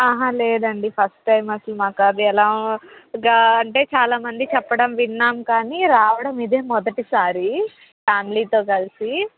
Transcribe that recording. లేదండి first time అసలు మాకు అది ఎలాగా అంటే చాలామంది చెప్పడం విన్నాం కానీ రావడం ఇదే మొదటిసారి ఫ్యామిలీతో కలిసి